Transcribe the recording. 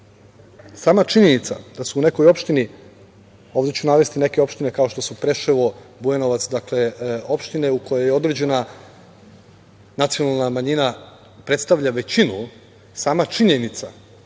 činjenica da se u nekoj opštini, ovde ću navesti neke opštine kao što su Preševo, Bujanovac, opštine u kojima određena nacionalna manjina predstavlja većinu, sama činjenica da u opštini